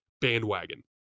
bandwagon